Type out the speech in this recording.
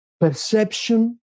perception